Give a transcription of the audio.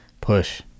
Push